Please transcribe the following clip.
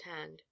hand